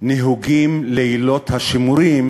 נהוגים לילות שימורים,